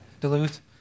Duluth